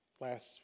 last